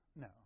No